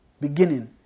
beginning